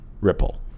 Ripple